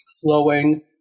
flowing